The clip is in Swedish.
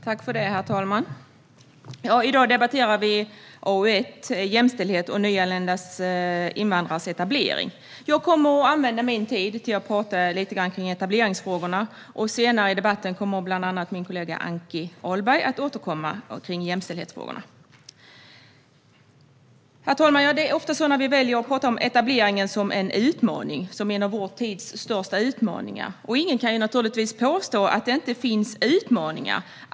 Herr talman! I dag debatterar vi AU1 om jämställdhet och nyanlända invandrares etablering. Jag kommer att använda min talartid till att tala lite grann om etableringsfrågorna, och senare i debatten kommer bland annat min kollega Anki Ahlberg att ta upp jämställdhetsfrågorna. Herr talman! Det är ofta som vi väljer att prata om etableringen som en av vår tids största utmaningar. Ingen kan naturligtvis påstå att det inte finns utmaningar.